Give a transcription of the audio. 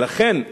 ולכן,